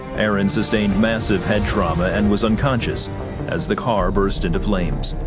aaron sustained massive head trauma and was unconscious as the car burst into flames.